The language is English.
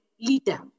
leader